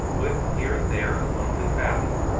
with here and there a lovely valley,